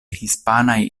hispanaj